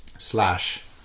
slash